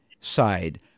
side